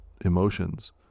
emotions